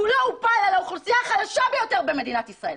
כולו הופל על האוכלוסייה החלשה ביותר במדינת ישראל,